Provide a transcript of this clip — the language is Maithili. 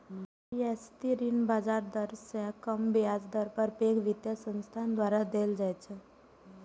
रियायती ऋण बाजार दर सं कम ब्याज दर पर पैघ वित्तीय संस्थान द्वारा देल जाइ छै